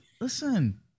listen